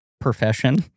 profession